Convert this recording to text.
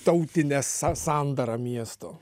tautine sa sandarą miesto